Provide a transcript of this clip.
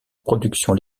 production